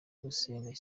gusenga